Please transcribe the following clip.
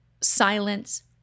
silence